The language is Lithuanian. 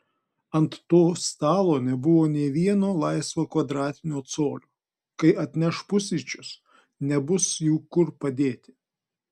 ant to stalo nebuvo nė vieno laisvo kvadratinio colio kai atneš pusryčius nebus jų kur padėti